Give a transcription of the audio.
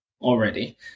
already